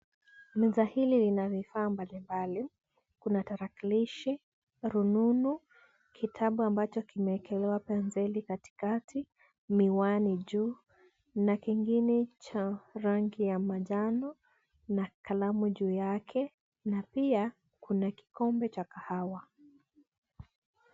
Meza hili lina vifaa mbalimbali, kuna tarakilishi, rununu, kitabu ambacho kimeekelewa penseli katikati, miwani juu, na kingine cha rangi ya majano, na kalamu juu yake, na pia, kuna kikombe cha kahawa.